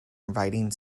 inviting